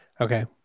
Okay